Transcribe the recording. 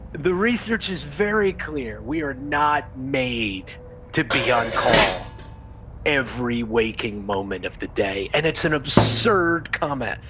the research is very clear. we are not made to be on-call every waking moment of the day, and it's an absurd comment.